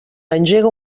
engega